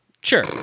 sure